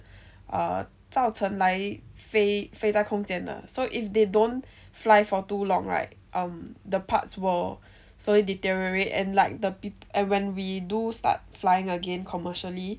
err 造成来飞飞在空间的 so if they don't fly for too long right um the parts will slowly deteriorate and like the and when we do start flying again commercially